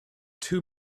two